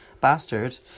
bastard